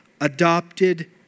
adopted